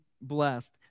blessed